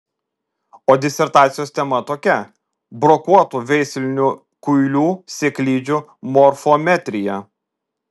o disertacijos tema tokia brokuotų veislinių kuilių sėklidžių morfometrija